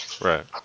right